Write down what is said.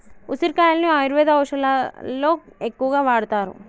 ఉసిరికాయలను ఆయుర్వేద ఔషదాలలో ఎక్కువగా వాడుతారు